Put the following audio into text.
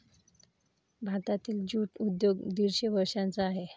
भारतातील ज्यूट उद्योग दीडशे वर्षांचा आहे